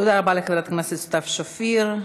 תודה רבה לחברת הכנסת סתיו שפיר.